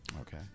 Okay